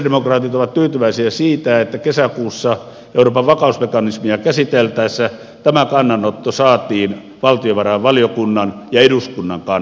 sosialidemokraatit ovat tyytyväisiä siihen että kesäkuussa euroopan vakausmekanismia käsiteltäessä tämä kannanotto saatiin valtiovarainvaliokunnan ja eduskunnan kannaksi